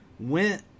went